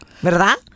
¿verdad